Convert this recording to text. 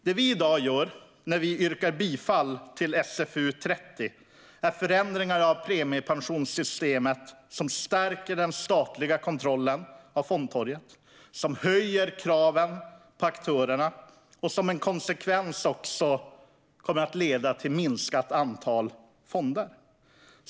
Det vi i dag gör i och med förslaget i SfU30, som vi yrkar bifall till, är förändringar av premiepensionssystemet som stärker den statliga kontrollen av fondtorget, höjer kraven på aktörerna och som en konsekvens också kommer att leda till ett minskat antal fonder.